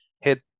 hit